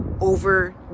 over